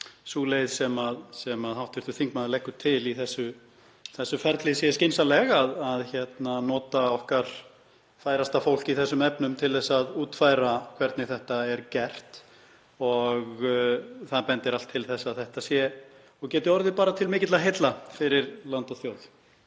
sú leið sem hv. þingmaður leggur til í þessu ferli sé skynsamleg, að fá okkar færasta fólk í þessum efnum til að útfæra hvernig þetta verði gert, og það bendir allt til þess að þetta geti orðið til mikilla heilla fyrir land og þjóð.